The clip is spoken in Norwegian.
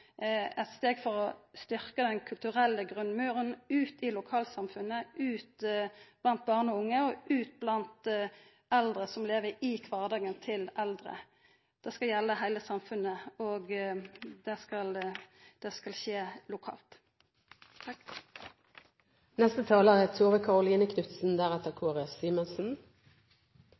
å styrka den kulturelle grunnmuren ute i lokalsamfunnet, ute blant barn og unge, og ute blant eldre som lever i kvardagen til eldre. Det skal gjelda heile samfunnet, og det skal skje lokalt. Jeg er veldig glad for denne interpellasjonen. Den tar opp et tema som er